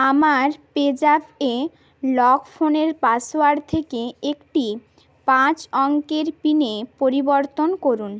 আমার পেজ্যাপে লক ফোনের পাসওয়ার্ড থেকে একটি পাঁচ অঙ্কের পিনে পরিবর্তন করুন